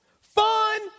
Fun